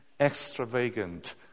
extravagant